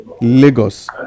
Lagos